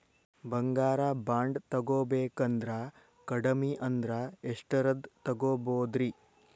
ಬಂಗಾರ ಬಾಂಡ್ ತೊಗೋಬೇಕಂದ್ರ ಕಡಮಿ ಅಂದ್ರ ಎಷ್ಟರದ್ ತೊಗೊಬೋದ್ರಿ?